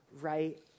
right